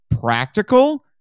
practical